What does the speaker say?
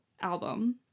album